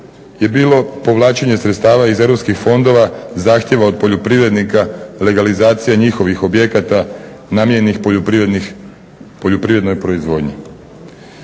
je bilo povlačenje sredstava iz europskih fondova zahtjeva od poljoprivrednika, legalizacija njihovih objekata namijenjenih poljoprivrednoj proizvodnji.